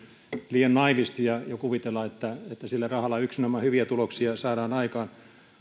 liian naiivisti ja kuvitella että että sillä rahalla yksinomaan hyviä tuloksia saadaan aikaan